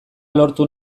lortu